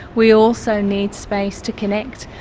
we also need space to connect,